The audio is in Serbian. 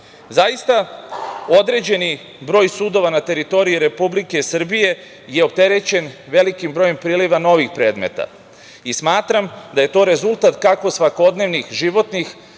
određeni broj sudova na teritoriji Republike Srbije je opterećen velikim brojem priliva novih predmeta i smatram da je to rezultat kako svakodnevnih životnih,